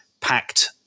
packed